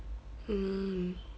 mm